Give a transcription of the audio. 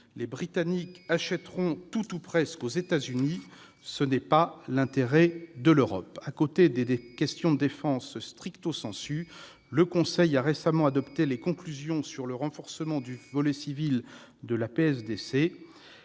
les Britanniques achèteront tout ou presque aux États-Unis. Ce n'est pas l'intérêt de l'Europe ! À côté des questions de défense, le Conseil a récemment adopté des conclusions sur le renforcement du volet civil de la